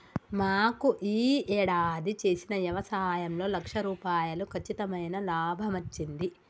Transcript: మాకు యీ యేడాది చేసిన యవసాయంలో లక్ష రూపాయలు కచ్చితమైన లాభమచ్చింది